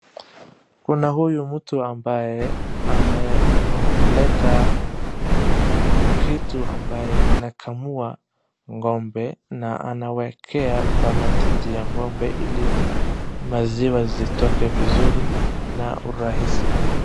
Kuna huyu mtu ambaye ameleta kitu ambaye inakamua ng'ombe na anawekea kwa matiti ya ng'ombe ili maziwa zitoke vizuri na urahisi.